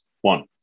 one